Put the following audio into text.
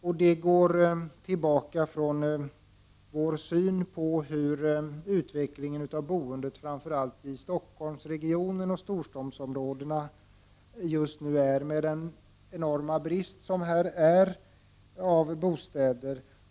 Denna reservation har sin grund i vår syn på utvecklingen av boendet framför allt i Stockholmsregionen och storstadsområdena just nu med den enorma bristen på bostäder.